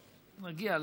טוב, נגיע לזה.